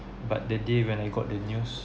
but the day when I got the news